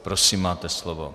Prosím, máte slovo.